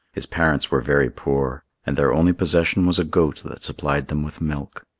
his parents were very poor, and their only possession was a goat that supplied them with milk.